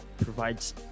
provides